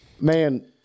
Man